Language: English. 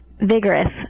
vigorous